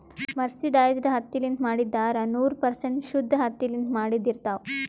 mercerized ಹತ್ತಿಲಿಂತ್ ಮಾಡಿದ್ದ್ ಧಾರಾ ನೂರ್ ಪರ್ಸೆಂಟ್ ಶುದ್ದ್ ಹತ್ತಿಲಿಂತ್ ಮಾಡಿದ್ದ್ ಇರ್ತಾವ್